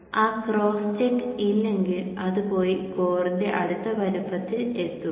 ആ cross check ഇല്ലെങ്കിൽ അത് പോയി കോറിന്റെ അടുത്ത വലുപ്പത്തിൽ എത്തും